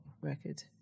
record